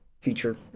feature